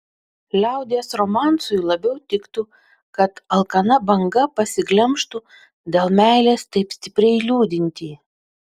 liaudies romansui labiau tiktų kad alkana banga pasiglemžtų dėl meilės taip stipriai liūdintį